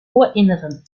ohrinneren